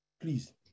please